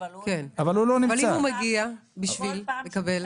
אבל אם הוא מגיע כדי לקבל?